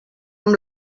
amb